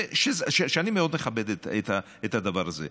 ואני מאוד מכבד את הדבר הזה.